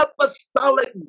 apostolic